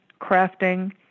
crafting